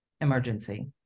emergency